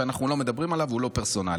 שאנחנו לא מדברים עליו והוא לא פרסונלי.